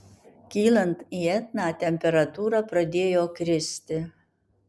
kylant į etną temperatūra pradėjo kristi